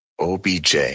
OBJ